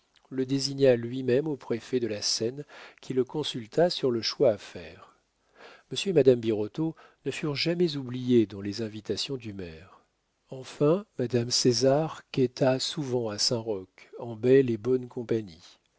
le désigna lui-même au préfet de la seine qui le consulta sur le choix à faire monsieur et madame birotteau ne furent jamais oubliés dans les invitations du maire enfin madame césar quêta souvent à saint-roch en belle et bonne compagnie